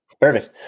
Perfect